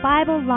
Bible